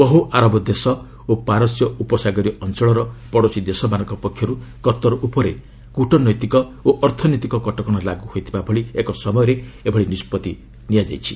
ବହୁ ଆରବ ଦେଶ ଓ ପାରସ୍ୟ ଉପସାଗରୀୟ ଅଞ୍ଚଳର ପଡ଼ୋଶୀ ଦେଶମାନଙ୍କ ପକ୍ଷରୁ କତର୍ ଉପରେ କୂଟନୈତିକ ଓ ଅର୍ଥନୈତିକ କଟକଣା ଲାଗୁ ହୋଇଥିବା ଭଳି ଏକ ସମୟରେ ସେ ଏଭଳି ନିଷ୍ପଭି ନେଇଛି